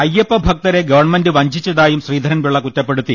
അയ്യപ്പ ഭക്തരെ ഗവൺമെന്റ് വഞ്ചിച്ചതായും ശ്രീധരൻപിള്ള കുറ്റ പ്പെടുത്തി